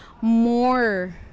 more